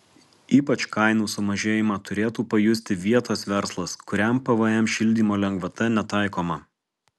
ypač kainų sumažėjimą turėtų pajusti vietos verslas kuriam pvm šildymo lengvata netaikoma